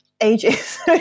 Ages